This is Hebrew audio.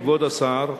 כבוד השר,